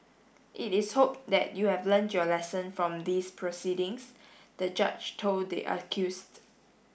it is hoped that you have learnt your lesson from these proceedings the judge told the accused